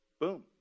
Boom